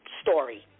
story